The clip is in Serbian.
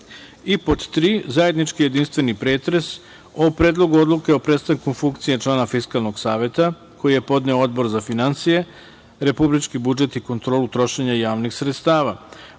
pod 3) zajednički jedinstveni pretres o: Predlogu odluke o prestanku funkcije člana Fiskalnog saveta, koji je podneo Odbor za finansije, republički budžet i kontrolu trošenja javnih sredstava;